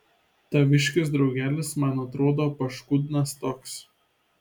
taviškis draugelis man atrodo paškudnas toks